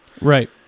right